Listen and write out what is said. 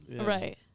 Right